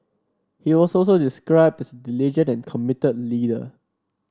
he was also described this diligent and committed leader